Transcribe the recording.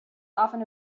often